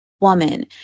woman